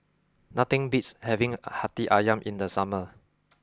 nothing beats having Hati Ayam in the summer